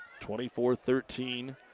24-13